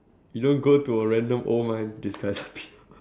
you don't go to a random old man and discuss